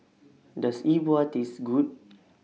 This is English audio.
Does E Bua Taste Good